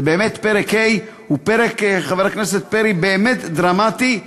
פרק ה', חבר הכנסת פרי, הוא באמת פרק דרמטי,